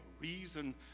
reason